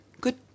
Good